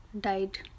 died